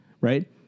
right